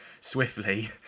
swiftly